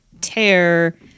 tear